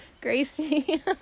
Gracie